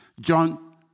John